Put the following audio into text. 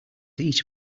each